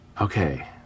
Okay